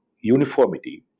uniformity